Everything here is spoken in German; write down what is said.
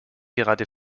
gerade